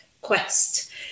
quest